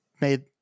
made